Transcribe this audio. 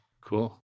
Cool